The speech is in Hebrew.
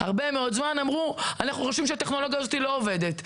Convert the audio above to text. הרבה מאוד זמן אמרו שחושבים שהטכנולוגיה הזאת לא עובדת,